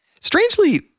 Strangely